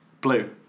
Blue